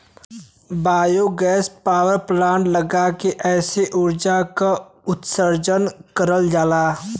biogas power plant लगा के एसे उर्जा के उत्सर्जन करल जाला